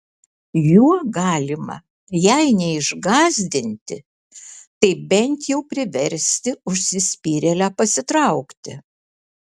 juo galima jei neišgąsdinti tai bent jau priversti užsispyrėlę pasitraukti